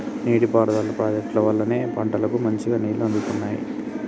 నీటి పారుదల ప్రాజెక్టుల వల్లనే పంటలకు మంచిగా నీళ్లు అందుతున్నాయి